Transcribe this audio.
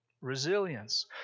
resilience